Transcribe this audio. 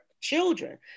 children